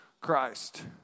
Christ